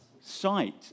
sight